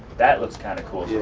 that looks kind of cool. yeah.